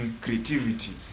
creativity